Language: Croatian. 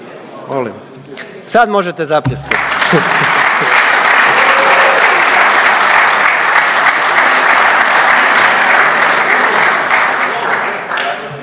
Sad možete zapljeskat